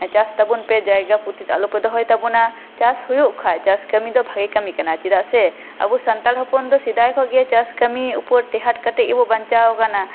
ᱪᱟᱥ ᱛᱟᱵᱚᱱ ᱯᱮ ᱡᱟᱭᱜᱟ ᱯᱩᱛᱤᱛ ᱟᱞᱚᱯᱮ ᱫᱚᱦᱚᱭ ᱛᱟᱵᱚᱱᱟ ᱪᱟᱥ ᱦᱩᱭᱩᱜ ᱠᱷᱟᱱ ᱪᱟᱥ ᱠᱟᱹᱢᱤ ᱫᱚ ᱵᱷᱟᱟᱜᱮ ᱠᱟᱹᱢᱤ ᱠᱟᱱᱟ ᱪᱮᱫᱟᱜ ᱥᱮ ᱟᱵᱳ ᱥᱟᱱᱛᱟᱲ ᱦᱚᱯᱚᱱ ᱫᱚ ᱥᱮᱫᱟᱭ ᱠᱷᱚᱱ ᱜᱮ ᱪᱟᱥ ᱠᱟᱹᱢᱤ ᱩᱯᱚᱨ ᱴᱮᱦᱟᱴ ᱠᱟᱛᱮ ᱜᱮᱵᱚᱱ ᱵᱟᱧᱪᱟᱣ ᱟᱠᱟᱱᱟ